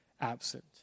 absent